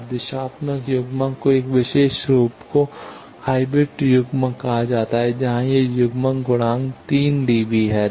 अब दिशात्मक युग्मक के एक विशेष रूप को हाइब्रिड युग्मक कहा जाता है जहां यह युग्मन गुणांक 3 डीबी है